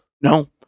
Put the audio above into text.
no